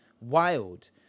wild